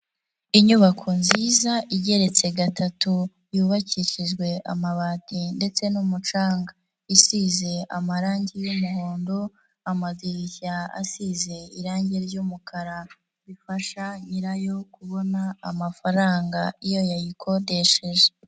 Inyubako nziza igeretse gatatu yubakishijwe amabati ndetse n'umucanga, isize amarangi y'umuhondo, amadirishya asize irangi ry'umukara, bifasha nyirayo kubona amafaranga iyo yayikodesheje.